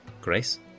Grace